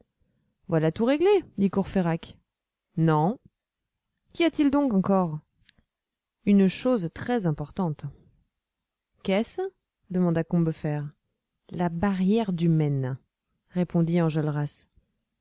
voilà tout réglé dit courfeyrac non qu'y a-t-il donc encore une chose très importante qu'est-ce demanda combeferre la barrière du maine répondit enjolras